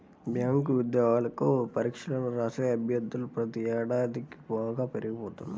bank ఉద్యోగాలకు పరీక్షలను రాసే అభ్యర్థులు ప్రతి ఏడాదికీ బాగా పెరిగిపోతున్నారు